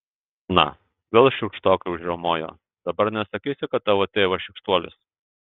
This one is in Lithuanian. na vėl šiurkštokai užriaumojo dabar nesakysi kad tavo tėvas šykštuolis